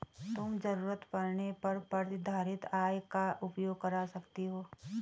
तुम ज़रूरत पड़ने पर प्रतिधारित आय का उपयोग कर सकती हो